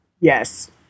Yes